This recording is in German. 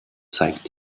zeigt